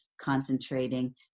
concentrating